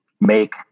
make